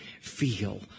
feel